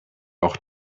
auch